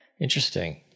Interesting